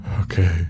Okay